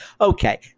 Okay